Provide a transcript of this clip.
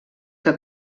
que